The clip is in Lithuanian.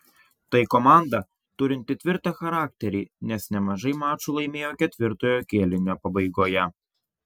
tai komanda turinti tvirtą charakterį nes nemažai mačų laimėjo ketvirtojo kėlinio pabaigoje